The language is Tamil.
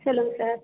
சொல்லுங்கள் சார்